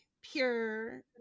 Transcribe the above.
pure